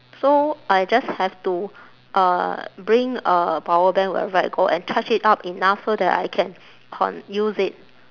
so I just have to uh bring a power bank wherever I go and charge it up enough so I can con~ use it